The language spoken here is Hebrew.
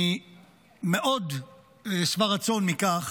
אני מאוד שבע רצון מכך